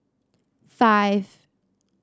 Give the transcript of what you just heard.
five